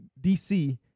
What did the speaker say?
DC